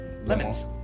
Lemons